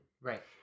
right